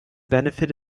benefit